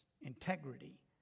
integrity